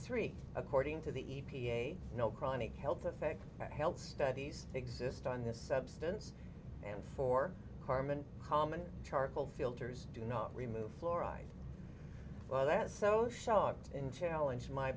three according to the e p a no chronic health effects health studies exist on this substance and for carmen common charcoal filters do not remove fluoride well that so shocked and challenge my